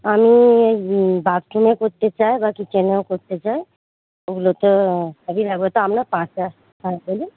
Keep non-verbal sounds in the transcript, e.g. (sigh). আমি বাথরুমে করতে চাই বা কিচেনেও করতে চাই ওগুলো তো সবই লাগবে তা আপনার (unintelligible) হ্যাঁ বলুন